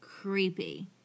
creepy